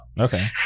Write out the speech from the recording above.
okay